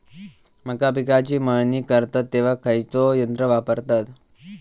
मका पिकाची मळणी करतत तेव्हा खैयचो यंत्र वापरतत?